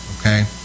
okay